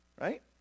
right